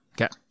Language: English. Okay